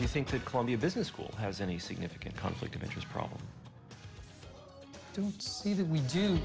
you think that columbia business school has any significant conflict of interest problem he did we do